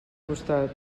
costat